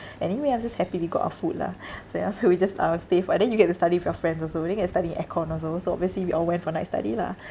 anyway I'm just happy we got our food lah so ya so we just uh stay for that then you get to study with your friends also and then can study in aircon also so obviously we all went for night study lah